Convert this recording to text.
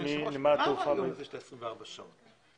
אדוני היושב-ראש, מה 24 שעות?